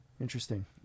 Interesting